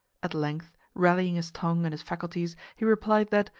at length, rallying his tongue and his faculties, he replied that,